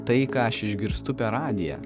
tai ką aš išgirstu per radiją